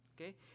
okay